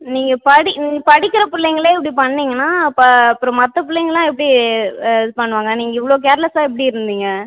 நீங்கள் படி நீங்கள் படிக்கிற பிள்ளைங்களே இப்படி பண்ணீங்கன்னா அப்போ அப்புறம் மற்ற பிள்ளைங்களாம் எப்படி இது பண்ணுவாங்க நீங்கள் இவ்வளோ கேர்லெஸ்ஸாக எப்படி இருந்தீங்க